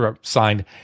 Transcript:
signed